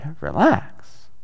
relax